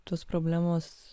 tos problemos